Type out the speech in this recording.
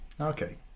Okay